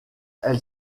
elle